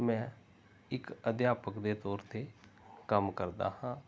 ਮੈਂ ਇੱਕ ਅਧਿਆਪਕ ਦੇ ਤੌਰ 'ਤੇ ਕੰਮ ਕਰਦਾ ਹਾਂ